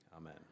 amen